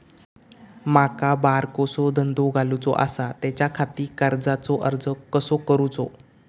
माका बारकोसो धंदो घालुचो आसा त्याच्याखाती कर्जाचो अर्ज कसो करूचो?